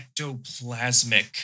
ectoplasmic